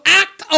act